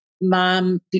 mom